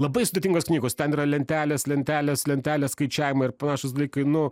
labai sudėtingos knygos ten yra lentelės lentelės lentelės skaičiavimai ir panašūs dalykai nu